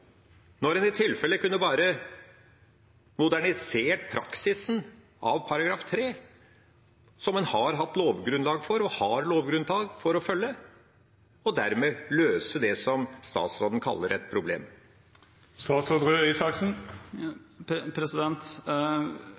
når en i tilfelle bare kunne modernisert praksisen av § 3, som en har hatt og har lovgrunnlag for å følge, og dermed kunne løst det som statsråden kaller et problem.